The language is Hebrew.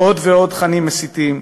עוד ועוד תכנים מסיתים,